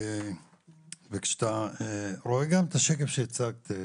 כשאתה רואה את השקף שהצגת,